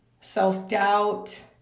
self-doubt